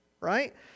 right